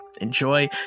enjoy